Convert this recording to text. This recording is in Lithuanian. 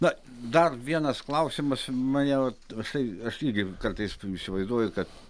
na dar vienas klausimas mane va tasai aš irgi kartais s įsivaizduoju kad